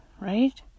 right